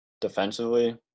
defensively